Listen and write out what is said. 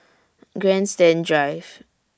Grandstand Drive